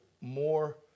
more